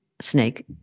Snake